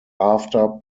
after